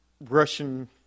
Russian